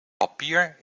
papier